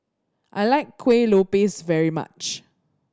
I like Kuih Lopes very much